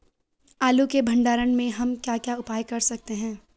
आलू के भंडारण में हम क्या क्या उपाय कर सकते हैं?